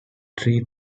three